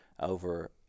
over